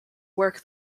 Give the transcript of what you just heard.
work